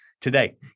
today